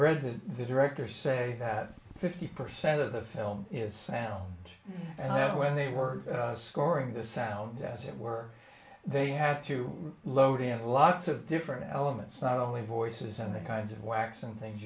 read that the director say that fifty percent of the film is sound and when they were scoring the sound as it were they had to load into lots of different elements not only voices and the kinds of wax and things